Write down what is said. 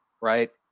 right